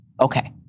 Okay